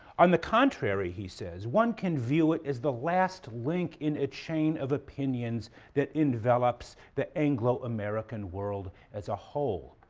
on the contrary, he says, one can view it as the last link in a chain of opinions that envelops the anglo american world as a whole.